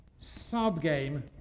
subgame